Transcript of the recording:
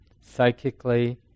psychically